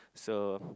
so